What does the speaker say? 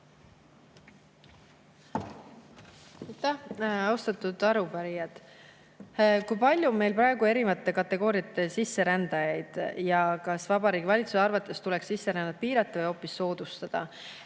"Kui palju on meil juba praegu erinevate kategooriate sisserändajaid ja kas Vabariigi Valitsuse arvates tuleks sisserännet piirata või hoopis soodustada